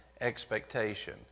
expectation